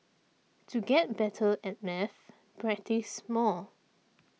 to get better at maths practise more